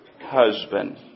husband